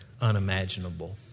unimaginable